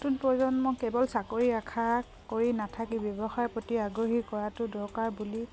নতুন প্ৰজন্ম কেৱল চাকৰি আশা কৰি নাথাকি ব্যৱসায়ৰ প্ৰতি আগ্ৰহী কৰাটো দৰকাৰ বুলি